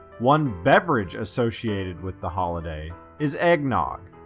one beverage associated with the holiday is eggnog.